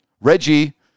Reggie